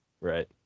right